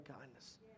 kindness